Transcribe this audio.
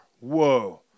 whoa